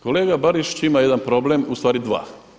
Kolega Barišiću, ima jedan problem u stvari dva.